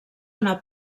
una